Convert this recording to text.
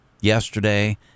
yesterday